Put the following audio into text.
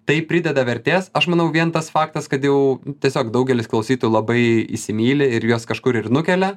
tai prideda vertės aš manau vien tas faktas kad jau tiesiog daugelis klausytojų labai įsimyli ir juos kažkur ir nukelia